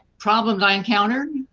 problems i encountered?